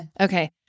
okay